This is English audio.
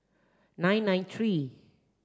nine nine three